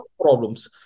problems